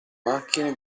macchine